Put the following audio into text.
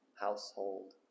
household